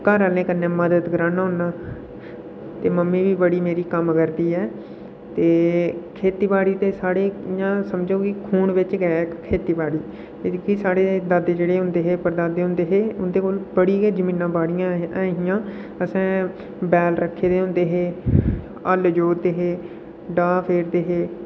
घर आह्लें कन्नै मदद कराना होन्नांं ते मम्मी बी बड़ी मेरी कम्म करदी ऐ ते खेती बाड़ी साढ़े इं'या समझो की खून बिच गै खेती बाड़ी ते भी जेह्ड़े साढ़े दादे होंदे हे परदादे होंदे हे उं'दे कोल बड़ियां गै जमीनां बाड़ियां ऐहियां असें बैल रक्खे दे होंदे हे दल्ल जुड़दे हे डाह् फेरदे हे